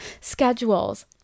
schedules